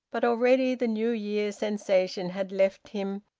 but already the new year sensation had left him,